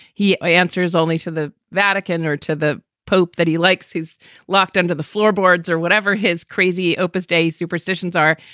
he ah answers only to the vatican or to the pope that he likes. he's locked into the floorboards or whatever his crazy opus day superstitions are,